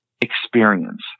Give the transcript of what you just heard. experience